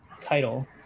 title